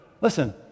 Listen